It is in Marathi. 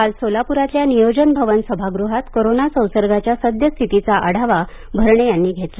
काल सोलापुरातल्या नियोजन भवन सभागृहात कोरोना संसर्गाच्या सद्यस्थितीचा आढावा भरणे यांनी घेतला